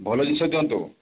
ଭଲ ଜିନିଷ ଦିଅନ୍ତୁ